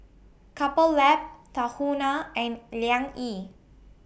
Couple Lab Tahuna and Liang Yi